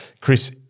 Chris